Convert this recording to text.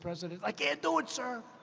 president. i can't do it, sir.